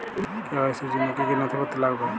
KYC র জন্য কি কি নথিপত্র লাগবে?